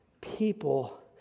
People